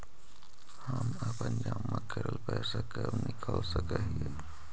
हम अपन जमा करल पैसा कब निकाल सक हिय?